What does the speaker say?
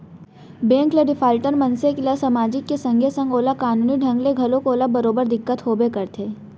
bank ले defaulter मनसे ल समाजिक के संगे संग ओला कानूनी ढंग ले घलोक ओला बरोबर दिक्कत होबे करथे